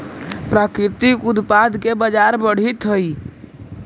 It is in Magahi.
प्राकृतिक उत्पाद के बाजार बढ़ित हइ